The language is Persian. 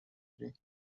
گیری